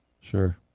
Sure